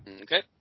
Okay